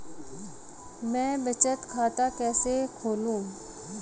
मैं बचत खाता कैसे खोलूं?